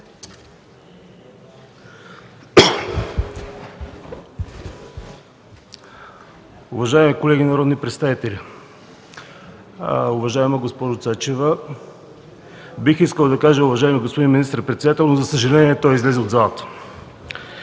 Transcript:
Уважаеми колеги народни представители, уважаема госпожо Цачева! Бих искал да кажа: уважаеми господин министър-председател, но за съжаление той излезе от залата.